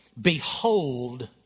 Behold